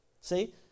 See